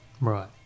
Right